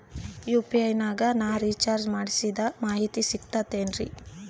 UPI ನಾಗ ನಾ recharge ಮಾಡಿಸಿದ ಮಾಹಿತಿ ಸಿಕ್ತದೆ ಏನ್ರಿ?